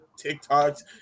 TikToks